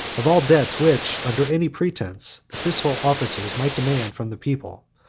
of all debts, which, under any pretence, the fiscal officers might demand from the people.